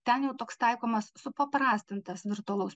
ten jau toks taikomas supaprastintas virtualaus